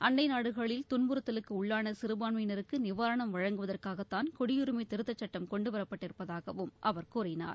அண்டை நாடுகளில் துன்புறுத்தலுக்கு உள்ளான சிறபான்மையினருக்கு நிவாரணம் வழங்குவதற்காகத்தான் குடியுரிமை திருத்தச் சட்டம் கொண்டு வரப்பட்டிருப்பதாகவும் அவர் கூறினார்